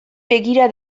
begira